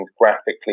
graphically